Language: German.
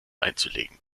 einzulegen